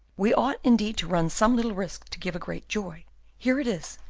we ought indeed to run some little risk to give a great joy here it is,